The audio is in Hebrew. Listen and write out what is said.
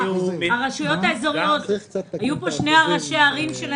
היו פה שני ראשי המועצות,